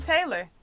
Taylor